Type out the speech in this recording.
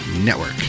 network